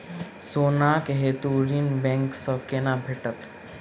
सोनाक हेतु ऋण बैंक सँ केना भेटत?